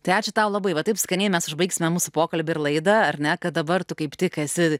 tai ačiū tau labai va taip skaniai mes užbaigsime mūsų pokalbį ir laida ar ne kad dabar tu kaip tik esi